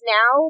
now